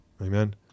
Amen